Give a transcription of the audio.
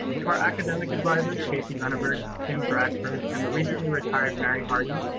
to our academic advisors, casey renneberg, tim bradford, and the recently retired, mary hardy,